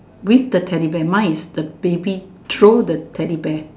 with the Teddy bear mine is the baby throw the Teddy bear